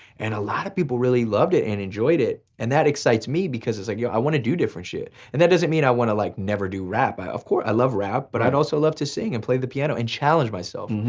and a lot of people really loved it and enjoyed it. and that excites me, because like yeah i wanna do different shit. and that doesn't mean i wanna like never do rap, of course i love rap, but i'd also love to sing and play the piano and challenge myself.